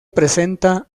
presenta